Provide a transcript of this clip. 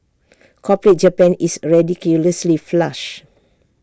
corporate Japan is A ridiculously flush